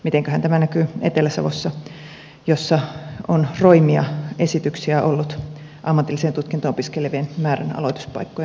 mitenköhän tämä näkyy etelä savossa jossa on roimia esityksiä ollut ammatillista tutkintoa opiskelevien aloituspaikkojen määrän vähentämisestä